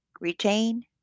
retain